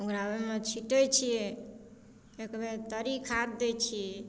ओकरा ओइमे छिटै छियै एकबेर तरी खाद दै छियै